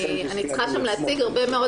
אני צריכה שם להציג הרבה מאוד